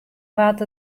waard